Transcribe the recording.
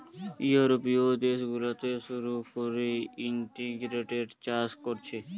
ইউরোপীয় দেশ গুলাতে শুরু কোরে ইন্টিগ্রেটেড চাষ কোরছে